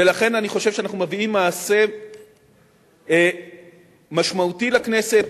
ולכן אני חושב שאנחנו מביאים מעשה משמעותי לכנסת.